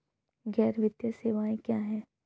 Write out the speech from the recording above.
गैर वित्तीय सेवाएं क्या हैं?